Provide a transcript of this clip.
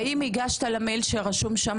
האם הגשת למייל שרשום שם?